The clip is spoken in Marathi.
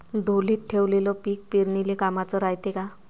ढोलीत ठेवलेलं पीक पेरनीले कामाचं रायते का?